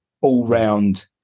all-round